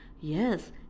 Yes